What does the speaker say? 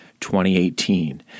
2018